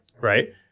Right